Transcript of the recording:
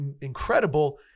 incredible